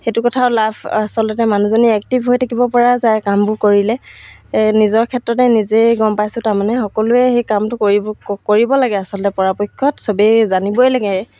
সেইটো কথাও লাভ আচলতে মানুহজনী এক্টিভ হৈ থাকিব পৰা যায় কামবোৰ কৰিলে নিজৰ ক্ষেত্ৰতে নিজেই গম পাইছোঁ তাৰমানে সকলোৱে সেই কামটো কৰিব কৰিব লাগে আচলতে পৰাপক্ষত সবেই জানিবই লাগে